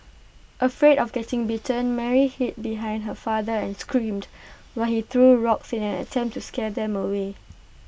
afraid of getting bitten Mary hid behind her father and screamed while he threw rocks in an attempt to scare them away